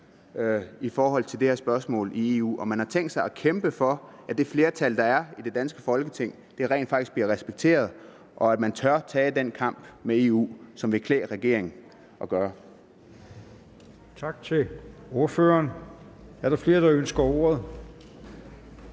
at gøre i det her spørgsmål i EU. Har man tænkt sig at kæmpe for, at det flertal, der er i det danske Folketing, rent faktisk bliver respekteret, og tør man tage den kamp med EU, som det vil klæde regeringen at gøre? Kl. 11:56 Formanden: Tak til ordføreren. Er der flere, der ønsker ordet?